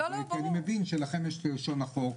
כי אני מבין שלכם יש את לשון החוק.